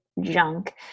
junk